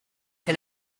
and